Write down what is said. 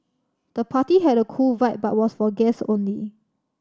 the party had a cool vibe but was for guest only